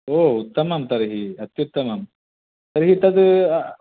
ओ उत्तमं तर्हि अत्युत्तमम् तर्हि तत्